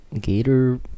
gator